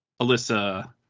Alyssa